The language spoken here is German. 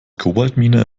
kobaltmine